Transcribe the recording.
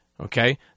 Okay